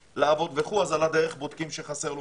לעבוד וכולי ועל הדרך בודקים שחסר משהו.